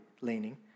leaning